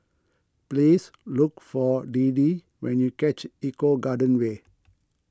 please look for Deedee when you reach Eco Garden Way